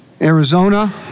Arizona